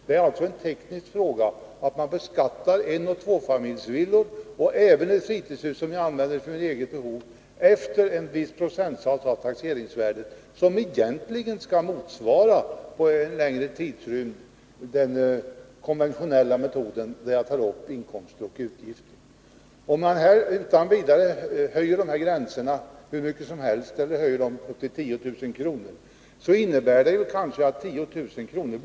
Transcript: Det är alltså en teknisk fråga att man beskattar enoch tvåfamiljsvillor — och även fritidshus som används för eget behov — efter en viss procentsats av taxeringsvärdet, som egentligen under en längre tidsrymd skall motsvara den konventionella metoden, där man tar upp inkomster och utgifter. Om vi utan vidare höjer den här beloppsgränsen hur mycket som helst eller till 10 000 kr., innebär det kanske att 10 000 kr.